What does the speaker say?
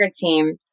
team